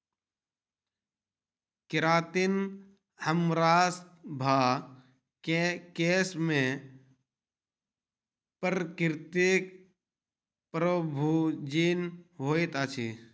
keratin हमरासभ केँ केश में प्राकृतिक प्रोभूजिन होइत अछि